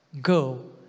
Go